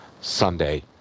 Sunday